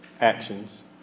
actions